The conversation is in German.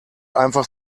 einfach